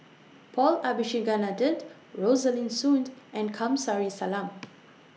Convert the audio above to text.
Paul Abisheganaden Rosaline Soon and Kamsari Salam